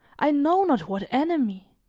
i know not what enemy.